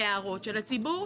להערת של הציבור.